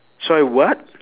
sorry what